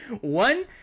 One